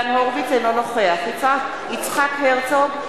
אינו נוכח יצחק הרצוג,